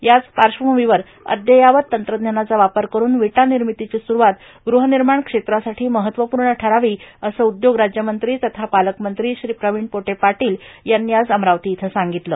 याच पार्श्वभूमीवर अद्ययावत तंत्रज्ञानाचा वापर करून वीटा निर्मितीची सुरूवात गृहनिर्माण क्षेत्रासाठी महत्वपूर्ण ठरावी असं उद्योग राज्यमंत्री तथा पालकमंत्री श्री प्रवीण पोटे पाटील यांनी आज अमरावती इथं सांगितलं